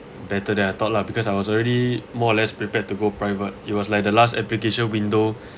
better than I thought lah because I was already more or less prepared to go private it was like the last application window